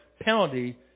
penalty